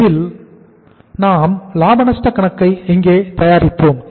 இதில் நாம் லாப நஷ்ட கணக்கை இங்கே தயாரிப்போம்